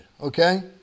Okay